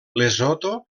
lesotho